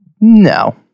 No